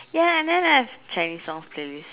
ya and then there's Chinese songs playlist